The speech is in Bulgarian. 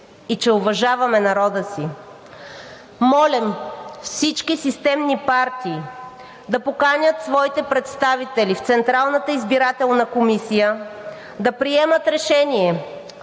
и че уважаваме народа си. Молим всички системни партии да поканят своите представители в Централната избирателна комисия, да приемат решение,